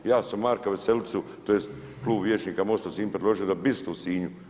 Ja sam Marka Veselicu tj. Klub vijećnika MOST-a Sinj predložio za bistu u Sinju.